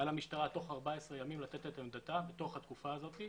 על המשטרה תוך 14 ימים לתת את עמדתה בתוך התקופה הזאת,